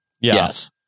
Yes